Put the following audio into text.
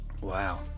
Wow